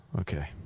Okay